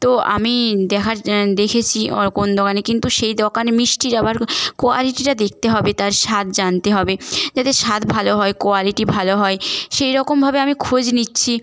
তো আমি দেখার দেখেছি কোন দোকানে কিন্তু সেই দোকানে মিষ্টির আবার কোয়ালিটিটা দেখতে হবে তার স্বাদ জানতে হবে যাতে স্বাদ ভালো হয় কোয়ালিটি ভালো হয় সেই রকমভাবে আমি খোঁজ নিচ্ছি